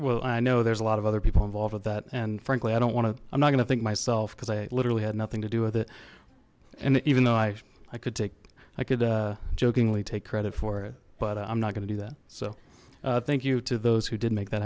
well i know there's a lot of other people involved with that and frankly i don't want to i'm not gonna think myself because i literally had nothing to do with it and even though i i could take i could jokingly take credit for it but i'm not gonna do that so thank you to those who did make that